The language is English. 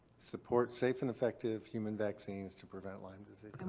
support safe and effective human vaccines to prevent lyme disease.